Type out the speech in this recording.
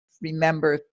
remember